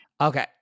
okay